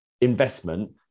investment